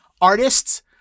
artists